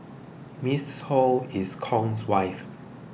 Miss Ho is Kong's wife